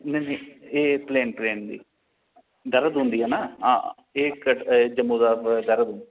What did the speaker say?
नेईं नेईं एह् प्लेन प्लेन दी देहरादून दी ऐ ना हां एह् इक जम्मू दा देहरादून